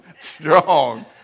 strong